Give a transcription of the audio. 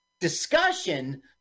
discussion